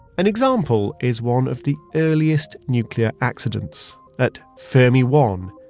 an example is one of the earliest nuclear accidents at fermi one,